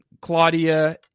Claudia